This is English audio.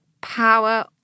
power